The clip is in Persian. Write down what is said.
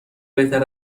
بهتر